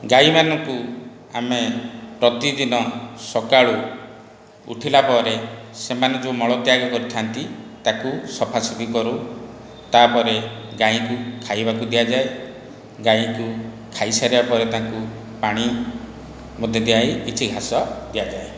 ଗାଈମାନଙ୍କୁ ଆମେ ପ୍ରତିଦିନ ସକାଳୁ ଉଠିଲା ପରେ ସେମାନେ ଯେଉଁ ମଳତ୍ୟାଗ କରିଥାନ୍ତି ତାକୁ ସଫା ସଫି କରୁ ତା'ପରେ ଗାଈଙ୍କୁ ଖାଇବାକୁ ଦିଆଯାଏ ଗାଈଙ୍କୁ ଖାଇସାରିବା ପରେ ତାଙ୍କୁ ପାଣି ମଧ୍ୟ ଦିଆହୋଇ କିଛି ଘାସ ଦିଆଯାଏ